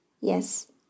Yes